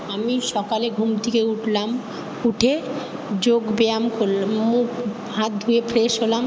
আমি সকালে ঘুম থেকে উঠলাম উঠে যোগ ব্যায়াম করলাম মুখ হাত ধুয়ে ফ্রেশ হলাম